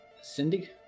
Cindy